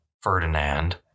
Ferdinand